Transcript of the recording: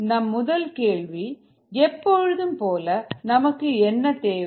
நம் முதல் கேள்வி எப்பொழுதும் போல நமக்கு என்ன தேவை